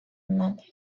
not